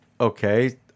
okay